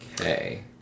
Okay